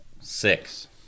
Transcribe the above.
Six